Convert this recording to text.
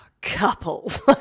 couples